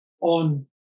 on